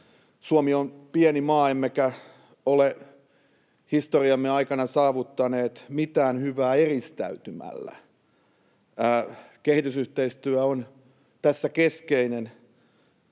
Suomi on pieni maa, emmekä ole historiamme aikana saavuttaneet mitään hyvää eristäytymällä. Kehitysyhteistyö on tässä keskeinen